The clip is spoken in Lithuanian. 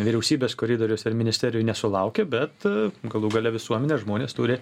vyriausybės koridoriuose ir ministerijoj nesulaukia bet galų gale visuomenė žmonės turi